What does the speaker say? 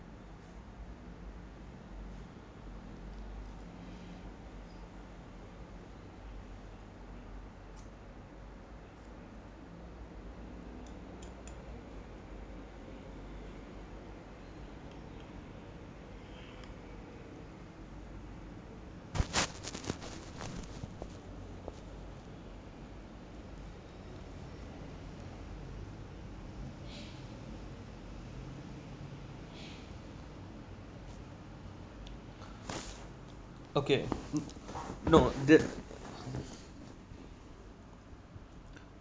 okay no that